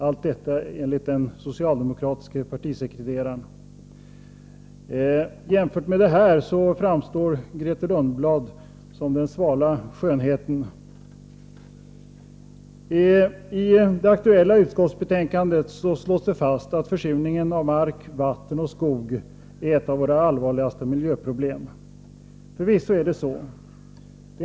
Allt detta enligt den socialdemokratiske partisekreteraren. I jämförelse med detta framstår Grethe Lundblad som den svala skönheten. I det aktuella utskottsbetänkandet slås det fast att försurningen av mark, vatten och skog är ett av våra allvarligaste miljöproblem. Förvisso är det så.